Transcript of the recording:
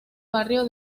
barrio